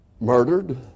murdered